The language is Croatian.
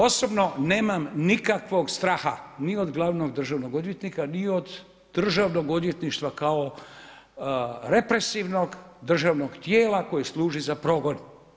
Osobno nemam nikakvog straha ni od glavnog državnog odvjetnika ni od DORH-a kao represivnog državnog tijela koje služi za progon.